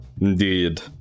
Indeed